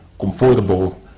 comfortable